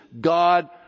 God